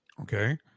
Okay